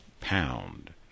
pound